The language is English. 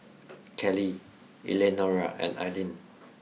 Kelli Eleanora and Ailene